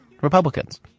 Republicans